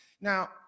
Now